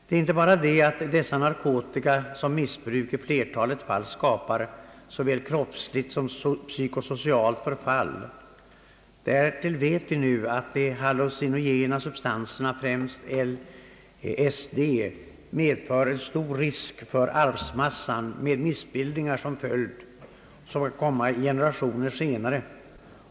Det är inte bara det, att ett missbruk av dessa narkotika i flertalet fall skapar såväl kroppsligt som psykosocialt förfall, utan därtill vet vi nu, att de hallucinogena substanserna, främst LSD, medför stor risk för arvsmassan med missbildningar som följd, vilka kan komma även generationer senare.